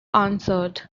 answered